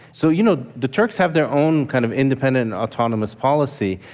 so, you know, the turks have their own kind of independent and autonomous policy,